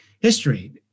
history